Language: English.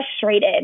frustrated